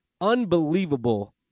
unbelievable